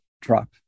drop